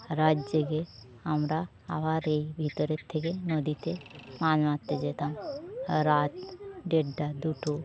রাত জেগে আমরা আবার এই ভিতরের থেকে নদীতে মাছ মারতে যেতাম রাত দেড়টা দুটো